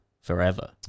forever